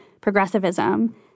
progressivism